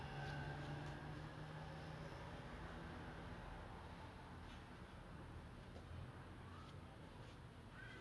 so அதனால பிரச்சின இது வந்து:athanala pirachina ithu vanthu then marcus he will start to learn how to fight and how to kill people and he will go head to head with his